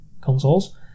consoles